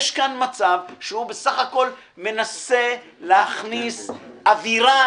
יש כאן מצב שהוא בסך הכול מנסה להכניס אווירה